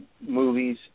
movies